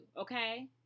okay